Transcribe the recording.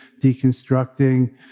deconstructing